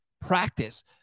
practice